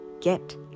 Get